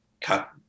Cut